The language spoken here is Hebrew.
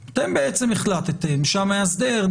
אתם בעצם החלטתם שהמאסדר,